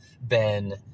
Ben